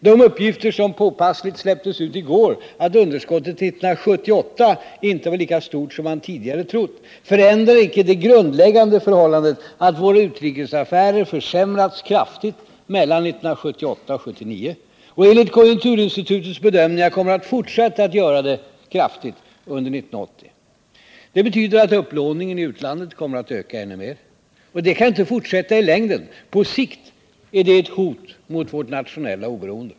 De uppgifter som så påpassligt släpptes ut i går, att underskottet 1978 inte var lika stort som man tidigare trott, förändrar inte det grundläggande förhållandet att våra utrikesaffärer försämrats kraftigt mellan 1978 och 1979 och enligt konjunkturinstitutets bedömningar kommer att kraftigt fortsätta att göra det under 1980. Det betyder att upplåningen i utlandet kommer att öka ännu mer. Detta kan inte fortsätta i längden. På sikt är det ett hot mot vårt nationella oberoende.